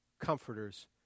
comforters